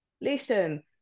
Listen